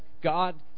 God